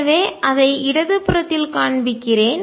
எனவே அதை இடது புறத்தில் காண்பிக்கிறேன்